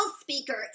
Speaker